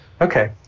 Okay